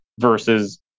versus